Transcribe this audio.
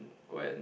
when